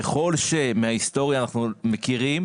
ככל שמההיסטוריה אנחנו מכירים,